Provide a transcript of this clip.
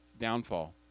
downfall